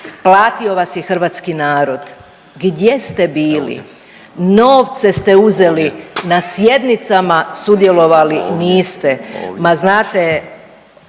platio vas je hrvatski narod. Gdje ste bili? Novce ste uzeli, na sjednicama sudjelovali niste